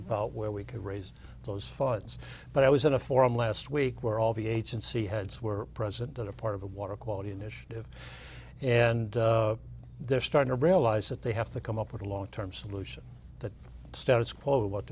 about where we could raise those funds but i was at a forum last week where all the agency heads were present at a part of the water quality initiative and they're starting to realize that they have to come up with a long term solution the status quo what